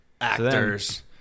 Actors